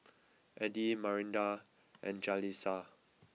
Addie Marinda and Jaleesa